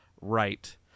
right